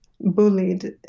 bullied